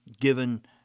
given